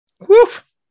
Woof